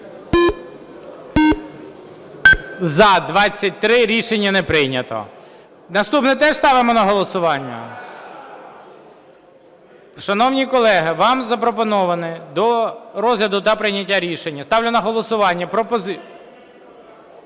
За-23 Рішення не прийнято. Наступне теж ставимо на голосування? Шановні колеги, вам запропоновано до розгляду та прийняття рішення, ставлю на голосування